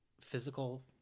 physical